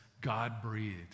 God-breathed